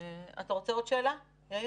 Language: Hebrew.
אתה רוצה עוד שאלה, יאיר?